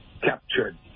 Captured